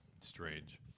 strange